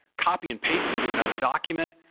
copy and paste into another document,